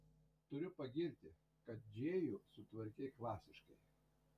turiu pagirti kad džėjų sutvarkei klasiškai